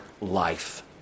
life